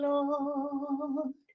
Lord